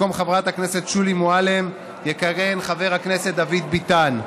במקום חברת הכנסת שולי מועלם-רפאלי יכהן חבר הכנסת דוד ביטן.